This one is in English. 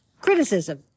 criticism